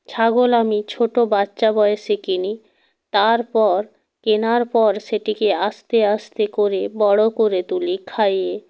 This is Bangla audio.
ছাগল আমি ছোটো বাচ্চা বয়সে কিনি তারপর কেনার পর সেটিকে আস্তে আস্তে করে বড়ো করে তুলি খাইয়ে